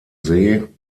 see